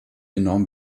enorm